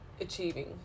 achieving